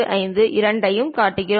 45 இரண்டையும் காட்டுகிறோம்